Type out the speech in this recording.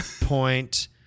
point